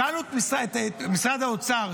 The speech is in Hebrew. שאלנו את משרד האוצר,